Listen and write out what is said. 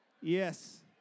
Yes